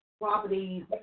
properties